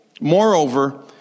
Moreover